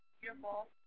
beautiful